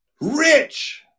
rich